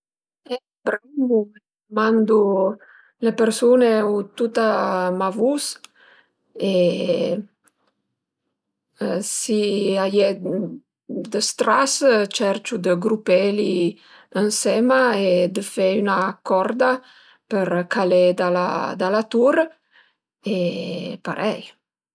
mandu le persun-e u tuta ma vus e si a ie dë stras cerciue dë grupeli ënsema e dë fe üna corda për calé da la tur e parei